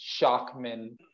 shockman